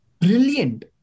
brilliant